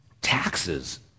taxes